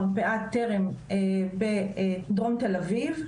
מרפאת טרם בדרום תל אביב,